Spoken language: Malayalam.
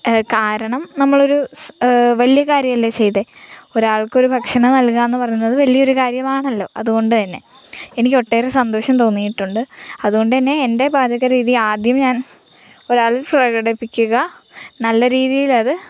കാരണം നമ്മളൊരു വലിയ കാര്യമല്ലേ ചെയ്തത് ഒരാൾക്ക് ഒരു ഭക്ഷണം നൽകുക എന്ന് പറയുന്നത് ഒരു വലിയ കാര്യമാണല്ലോ അതുകൊണ്ട് തന്നെ എനിക്ക് ഒട്ടേറെ സന്തോഷം തോന്നിയിട്ടുണ്ട് അതുകൊണ്ട് തന്നെ എൻ്റെ പാചക രീതി ആദ്യം ഞാൻ ഒരാളിൽ പ്രകടിപ്പിക്കുക നല്ല രീതിയിൽ അത്